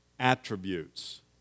attributes